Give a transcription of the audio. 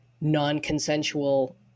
non-consensual